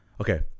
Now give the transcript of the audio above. Okay